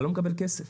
אתה לא מקבל כסף,